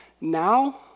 now